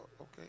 okay